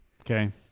Okay